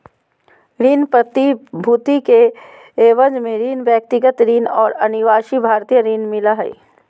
ऋण प्रतिभूति के एवज में ऋण, व्यक्तिगत ऋण और अनिवासी भारतीय ऋण मिला हइ